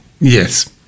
Yes